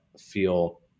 feel